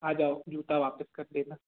आ जाओ जूता वापस कर देना